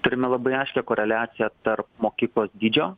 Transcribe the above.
turime labai aiškią koreliaciją tarp mokyklos dydžio